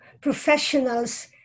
professionals